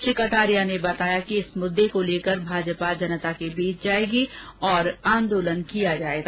श्री कटारिया ने बताया कि इस मुद्दे को लेकर भाजपा जनता के बीच जाएगी और आंदोलन किया जाएगा